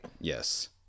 Yes